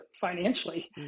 financially